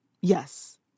Yes